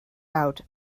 out